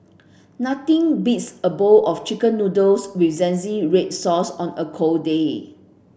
nothing beats a bowl of chicken noodles with zingy red sauce on a cold day